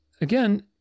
Again